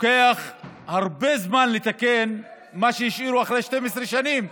לוקח הרבה זמן לתקן מה שהשאירו 12 שנים.